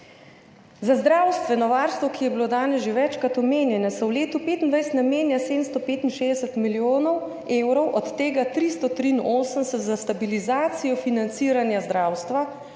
Za zdravstveno varstvo, ki je bilo danes že večkrat omenjeno, se v letu 2025 namenja 765 milijonov evrov, od tega 383 za stabilizacijo financiranja zdravstva,